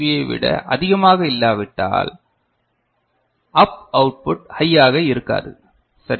பியை விட அதிகமாக இல்லாவிட்டால் அப் அவுட் புட் ஹையாக இருக்காது சரி